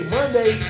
Monday